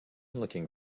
looking